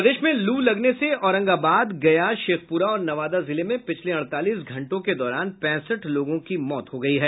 प्रदेश में लू लगने से औरंगाबाद गया शेखप्रा और नवादा जिले में पिछले अड़तालीस घंटों के दौरान पैंसठ लोगों की मौत हो चुकी है